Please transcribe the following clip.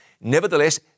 nevertheless